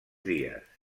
dies